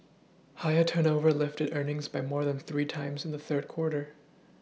higher turnover lifted earnings by more than three times in the third quarter